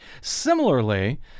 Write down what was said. Similarly